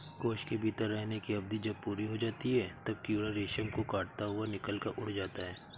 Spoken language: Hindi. कोश के भीतर रहने की अवधि जब पूरी हो जाती है, तब कीड़ा रेशम को काटता हुआ निकलकर उड़ जाता है